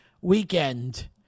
weekend